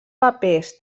papers